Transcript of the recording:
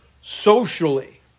socially